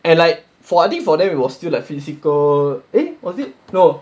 and like I think for then it was still like physical eh was it no